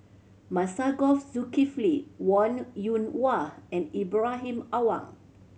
Masagos Zulkifli Wong Yoon Wah and Ibrahim Awang